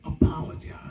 apologize